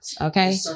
Okay